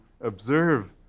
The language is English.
observe